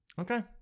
okay